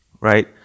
right